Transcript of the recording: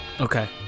Okay